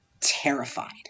terrified